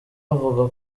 avuga